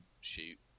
shoot